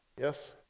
yes